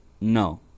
No